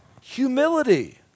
humility